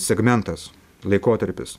segmentas laikotarpis